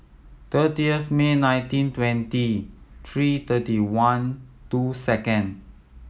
thirtieth May nineteen twenty three thirty one two second